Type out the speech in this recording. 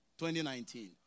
2019